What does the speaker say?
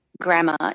grammar